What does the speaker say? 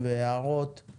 הערות ובקשות לשינויים